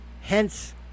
hence